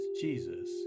Jesus